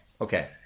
Okay